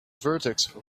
vertex